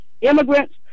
immigrants